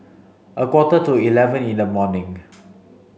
a quarter to eleven in the morning